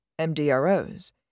MDROs